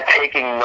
taking